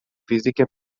فیزیک